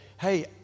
hey